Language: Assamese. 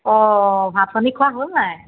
অঁ ভাত পানী খোৱা হ'ল নাই